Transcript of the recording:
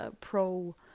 pro